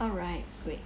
alright great